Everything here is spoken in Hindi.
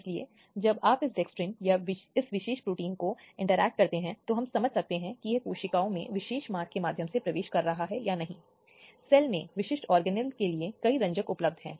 इसलिए यह देखने के लिए कि विशेष रूप से बाल बलात्कार के मामलों में तीन महीने की अवधि होनी चाहिए जिसके साथ मामले को हल किया जा सकता है